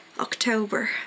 October